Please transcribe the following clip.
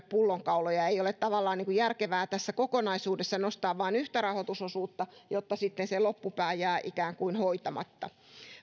pullonkauloja ei ole tavallaan järkevää tässä kokonaisuudessa nostaa vain yhtä rahoitusosuutta jos sitten se loppupää jää ikään kuin hoitamatta